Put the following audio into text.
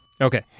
Okay